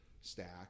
stack